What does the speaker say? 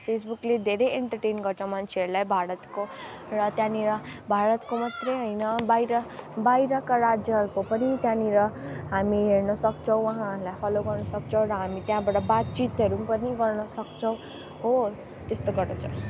फेसबुकले धेरै इन्टरटेन गर्छ मान्छेहरूलाई भारतको र त्यहाँनिर भारतको मात्रै होइन बाहिर बाहिरका राज्यहरूको पनि त्यहाँनिर हामी हेर्नसक्छौँ उहाँहरूलाई फलो गर्नसक्छौँ र हामी त्यहाँबाट बातचितहरू पनि गर्नसक्छौँ हो त्यस्तो